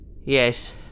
Yes